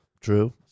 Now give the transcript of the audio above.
True